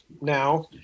now